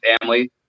family